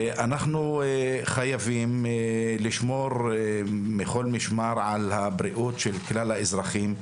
ואנחנו חייבים לשמור מכל משמר על הבריאות של כלל האזרחים.